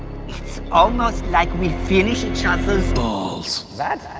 it's almost like we finish each other's. balls.